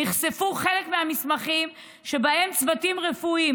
נחשפו חלק מהמסמכים שבהם צוותים רפואיים,